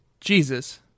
Jesus